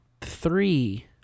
three